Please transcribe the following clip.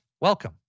welcome